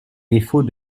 défaut